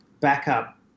backup